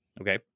Okay